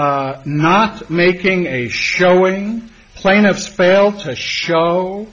not making a showing plaintiff fail to show